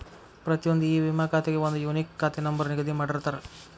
ಪ್ರತಿಯೊಂದ್ ಇ ವಿಮಾ ಖಾತೆಗೆ ಒಂದ್ ಯೂನಿಕ್ ಖಾತೆ ನಂಬರ್ ನಿಗದಿ ಮಾಡಿರ್ತಾರ